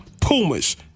Pumas